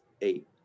eight